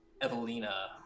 Evelina